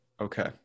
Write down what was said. Okay